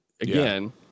again